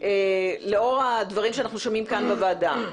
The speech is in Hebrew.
לאור הדברים שאנחנו שומעים כאן בוועדה.